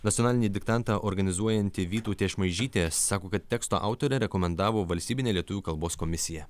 nacionalinį diktantą organizuojanti vytautė šmaižytė sako kad teksto autorę rekomendavo valstybinė lietuvių kalbos komisija